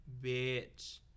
bitch